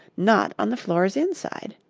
not on the floors inside.